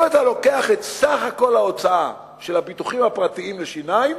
אם אתה לוקח את סך כל ההוצאה של הביטוחים הפרטיים לשיניים,